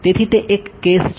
તેથી તે એક કેસ છે